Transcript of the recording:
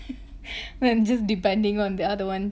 when just depending on the other one